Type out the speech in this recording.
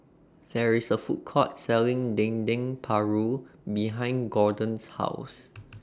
There IS A Food Court Selling Dendeng Paru behind Gorden's House